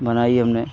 बनाई हमने